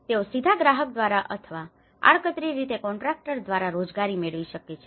તેઓ સીધા ગ્રાહક દ્વારા અથવા આડકતરી રીતે કોન્ટ્રાક્ટર દ્વારા રોજગારી મેળવી શકે છે